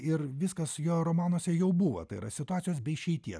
ir viskas jo romanuose jau buvo tai yra situacijos be išeities